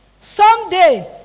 someday